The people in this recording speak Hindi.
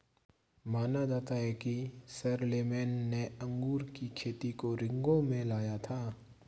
माना जाता है कि शारलेमेन ने अंगूर की खेती को रिंगौ में लाया था